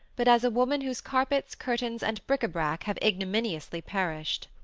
but as a woman whose carpets, curtains and bric-a-brac have ignominiously perished.